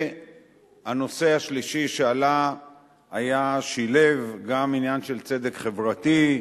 והנושא השלישי שעלה שילב גם עניין של צדק חברתי,